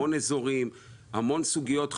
המון אזורים והמון סוגיות חקלאיות.